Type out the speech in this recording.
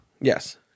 Yes